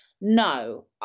No